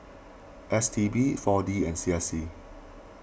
S T B four D and C S C